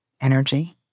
energy